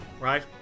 right